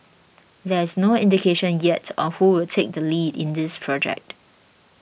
there is no indication yet on who will take the lead in this project